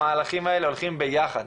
המהלכים האלה הולכים ביחד,